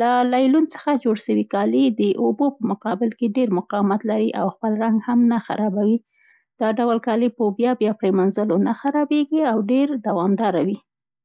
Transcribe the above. له لیلون څخه جوړ سوي کالي د ابو په مقابل کې ډېر مقاومت لري او خپل رنګ هم نه خرابوي. دا ډول کالي په بیا بیا پریمینځلو نه خرابېږي او ډېر دومداره وي.